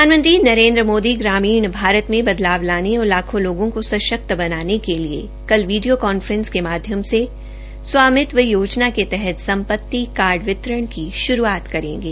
प्रधानमंत्री नरेन्द्र मोदी ग्रामीण भारत में बदलाव लाने और लाखों लोगों को सशक्त बनाने के लिए कल वीडियो कॉन्फ्रेंस के माध्यम से स्वामित्व योजना के तहत संपत्ति कार्ड वितरण की शुरूआत करेंगे